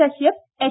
Kashyap H